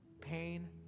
pain